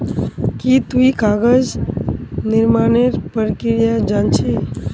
की तुई कागज निर्मानेर प्रक्रिया जान छि